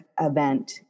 event